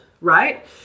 right